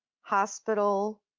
hospital